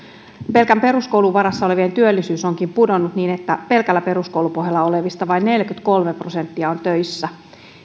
pelkän peruskoulun varassa olevien työllisyys onkin pudonnut niin että pelkällä peruskoulupohjalla olevista vain neljäkymmentäkolme prosenttia on töissä